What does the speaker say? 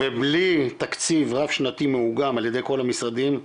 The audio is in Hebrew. ובלי תקציב רב שנתי מעוגן על ידי כל המשרדים.